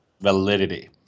validity